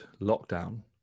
lockdown